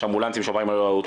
יש אמבולנסים שפועלים ללא עלות,